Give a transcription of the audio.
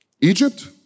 Egypt